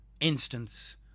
instance